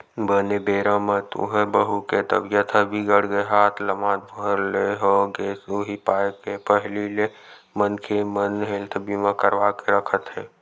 बने बेरा म तुँहर बहू के तबीयत ह बिगड़ गे हाथ लमात भर ले हो गेस उहीं पाय के पहिली ले मनखे मन हेल्थ बीमा करवा के रखत हे